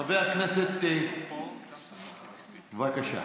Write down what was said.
חבר הכנסת, בבקשה.